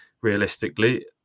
realistically